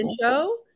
show